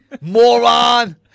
moron